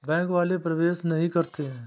Bank वाले प्रवेश नहीं करते हैं?